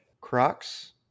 Crocs